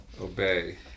Obey